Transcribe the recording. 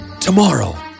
Tomorrow